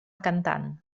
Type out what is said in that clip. cantant